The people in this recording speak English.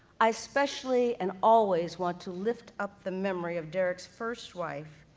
i especially and always want to lift up the memory of derrick's first wife,